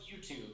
YouTube